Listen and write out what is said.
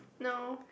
no